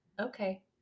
okay